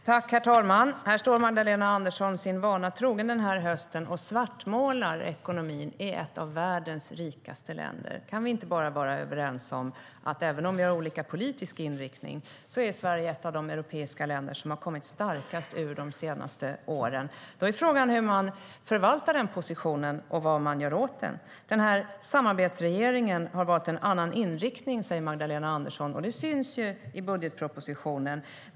Herr talman! Här står Magdalena Andersson sin vana trogen den här hösten och svartmålar ekonomin i ett av världens rikaste länder. Kan vi inte bara vara överens, även om vi har olika politiska inriktningar, om att Sverige är ett av de europeiska länder som kommit starkast ur de senaste åren? Då är frågan hur man förvaltar den positionen och vad man gör med den. Den här samarbetsregeringen har valt en annan inriktning, säger Magdalena Andersson, och det syns i budgetpropositionen.